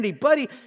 Buddy